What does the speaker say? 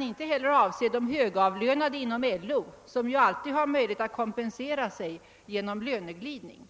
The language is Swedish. Inte heller kan han avse de högavlönade inom LO, som ju alltid har möjlighet att kompensera sig genom löneglidning.